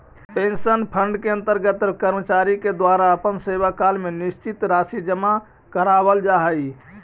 pension fund के अंतर्गत कर्मचारि के द्वारा अपन सेवाकाल में निश्चित राशि जमा करावाल जा हई